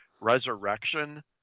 Resurrection